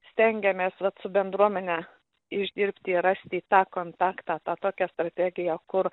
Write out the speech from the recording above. stengiamės vat su bendruomene išdirbti ir rasti į tą kontaktą tą tokią strategiją kur